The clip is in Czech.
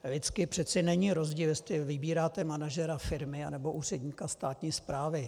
Lidsky přece není rozdíl, jestli vybíráte manažera firmy nebo úředníka státní správy.